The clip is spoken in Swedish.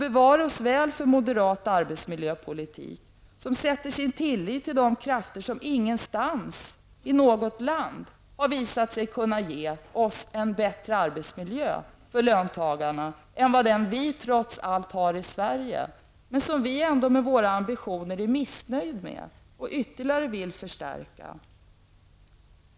Bevare oss väl för moderat arbetsmiljöpolitik, som sätter sin tillit till de krafter som ingenstans i något land har visat sig ge en bättre arbetsmiljö för löntagarna än den som vi har i Sverige, även om vi ändå med våra ambitioner är missnöjda med och ytterligare vill förbättra den.